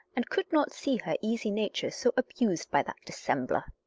and could not see her easy nature so abused by that dissembler.